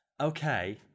okay